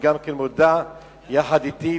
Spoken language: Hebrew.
שגם כן מודה יחד אתי.